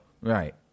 Right